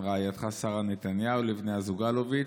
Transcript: רעייתך שרה נתניהו לבני הזוג אלוביץ'